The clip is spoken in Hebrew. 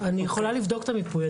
אני יכולה לבדוק את המיפוי.